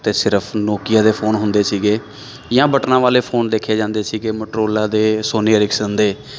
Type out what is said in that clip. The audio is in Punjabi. ਅਤੇ ਸਿਰਫ ਨੋਕੀਆ ਦੇ ਫੋਨ ਹੁੰਦੇ ਸੀਗੇ ਜਾਂ ਬਟਨਾਂ ਵਾਲੇ ਫੋਨ ਦੇਖੇ ਜਾਂਦੇ ਸੀਗੇ ਮਟਰੋਲਾ ਦੇ ਸੋਨੀ ਅਰਿਕਸਨ ਦੇ